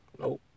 nope